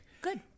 Good